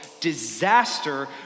disaster